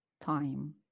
time